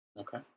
Okay